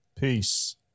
Peace